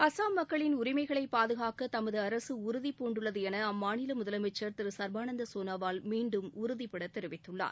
அசாம் மாநில மக்களின் உரிமைகளை பாதுகாக்க தமது அரசு உறுதி பூண்டுள்ளது என அம்மாநில முதலமைச்சர் திரு சர்பானந்த் சோனோவால் மீண்டும் உறுதிபட தெரிவித்துள்ளார்